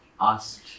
asked